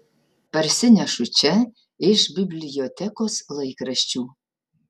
parsinešu čia iš bibliotekos laikraščių